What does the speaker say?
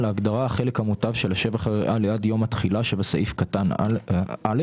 להגדרה "החלק המוטב של השבח הריאלי עד יום התחילה" שבסעיף קטן (א),